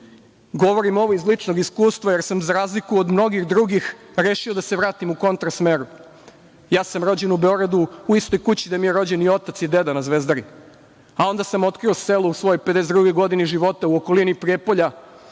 dišemo. Govorim ovo iz ličnog iskustva, jer sam, za razliku od mnogih drugih, rešio da se vratim u kontra smeru. Ja sam rođen u Beogradu, u istoj kući gde mi je rođen i otac i deda, na Zvezdari, a onda sam otkrio selo u svojoj 52 godini života, u okolini Prijepolja,